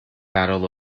battle